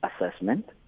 assessment